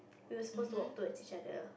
we were supposed to walk towards each other